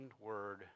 word